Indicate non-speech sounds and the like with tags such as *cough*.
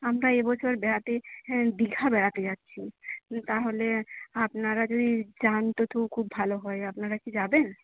আমরা এবছর বেড়াতে *unintelligible* দীঘা বেড়াতে যাচ্ছি তাহলে আপনারা যদি যান তো *unintelligible* খুব ভালো হয় আপনারা কি যাবেন